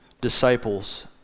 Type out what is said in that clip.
disciples